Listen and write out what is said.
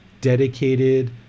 dedicated